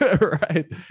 right